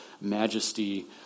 majesty